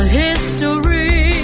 history